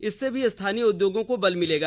इससे भी स्थानीय उद्योगों को बल मिलेगा